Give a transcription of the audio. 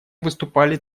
выступали